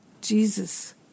Jesus